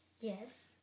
Yes